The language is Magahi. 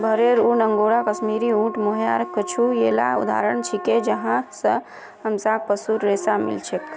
भेरेर ऊन, अंगोरा, कश्मीरी, ऊँट, मोहायर कुछू येला उदाहरण छिके जहाँ स हमसाक पशुर रेशा मिल छेक